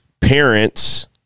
parents